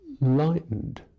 lightened